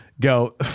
Go